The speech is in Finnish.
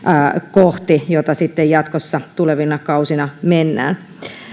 kohti jota sitten jatkossa tulevina kausina mennään